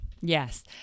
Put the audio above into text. Yes